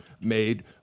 made